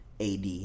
AD